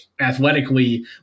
athletically